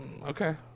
Okay